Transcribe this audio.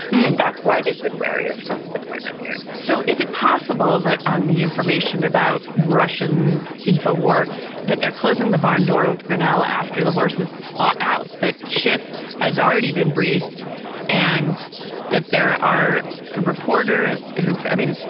and that's why they've been wary of um his appointment here so is it possible that on the information about russian info war that they're closing the barn door with grenell after the horses are out, that schiff has already been briefed and that there are reporters who i mean,